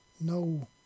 No